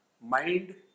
Mind